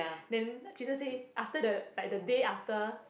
then jun sheng say after the like the day after